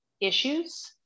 issues